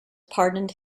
pardoned